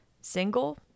single